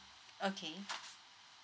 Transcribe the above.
okay